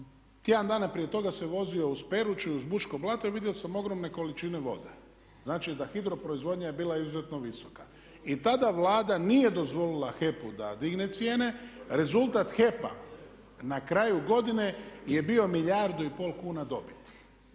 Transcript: tjedan dana prije toga se vozio u Peruću i uz Buško blato i vidio sam ogromne količine vode. Znači da hidro proizvodnja je bila izuzetno visoka. I tada Vlada nije dozvolila HEP-u da digne cijene. Rezultat HEP-a na kraju godine je bio milijardu i pol kuna dobiti.